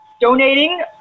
donating